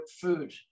food